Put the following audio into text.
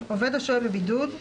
עובד השוהה בבידוד,